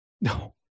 No